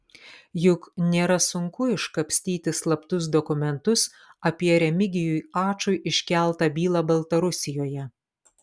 juk nėra sunku iškapstyti slaptus dokumentus apie remigijui ačui iškeltą bylą baltarusijoje